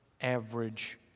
average